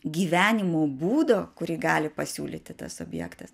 gyvenimo būdo kurį gali pasiūlyti tas objektas